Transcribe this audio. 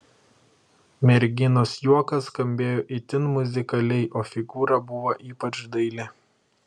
merginos juokas skambėjo itin muzikaliai o figūra buvo ypač daili